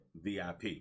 VIP